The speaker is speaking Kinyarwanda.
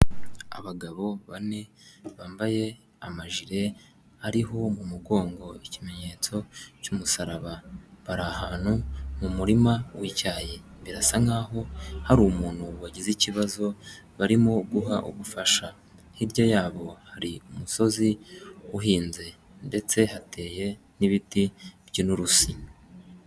Abagabo bane bambaye amajire ariho mu mugongo ikimenyetso cy'umusaraba, bari ahantu mu murima w'icyayi, birasa nk'aho hari umuntu wagize ikibazo barimo guha ubufasha, hirya yabo hari umusozi uhinze ndetse hateye n'ibiti by'inturusi.